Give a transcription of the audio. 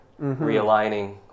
realigning